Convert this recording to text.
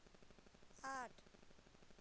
आठ